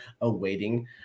awaiting